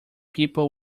people